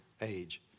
age